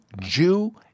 Jew